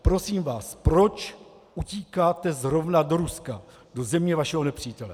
Prosím vás, proč utíkáte zrovna do Ruska, do země vašeho nepřítele?